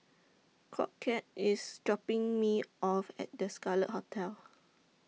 Crockett IS dropping Me off At The Scarlet Hotel